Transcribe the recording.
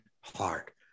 heart